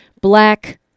black